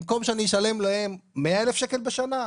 במקום שאני אשלם להם 100 אלף שקל בשנה,